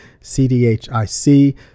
CDHIC